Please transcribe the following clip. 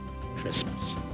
Christmas